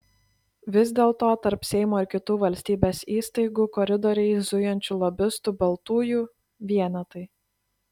vis dėlto tarp seimo ir kitų valstybės įstaigų koridoriais zujančių lobistų baltųjų vienetai